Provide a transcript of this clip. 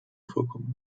vorkommen